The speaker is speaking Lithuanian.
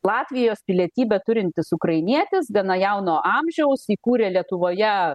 latvijos pilietybę turintis ukrainietis gana jauno amžiaus įkūrė lietuvoje